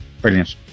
brilliant